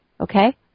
okay